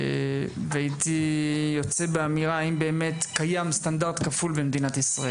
והייתי יוצא באמירה: האם באמת קיים סטנדרט כפול במדינת ישראל?